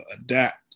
adapt